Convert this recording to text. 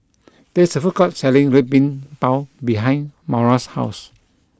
there is a food court selling red bean Bao behind Moira's house